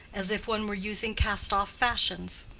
as if one were using cast-off fashions.